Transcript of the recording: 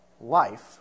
life